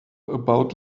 about